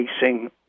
facing